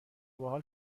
بحال